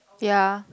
ya